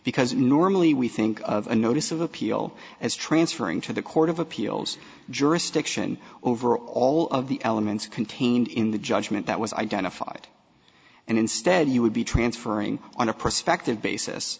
because normally we think of a notice of appeal as transferring to the court of appeals jurisdiction over all of the elements contained in the judgment that was identified and instead you would be transferring on a prospective basis